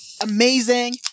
amazing